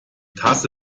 tasse